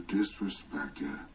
disrespected